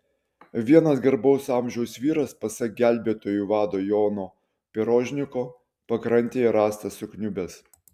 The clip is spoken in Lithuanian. vienas garbaus amžiaus vyras pasak gelbėtojų vado jono pirožniko pakrantėje rastas sukniubęs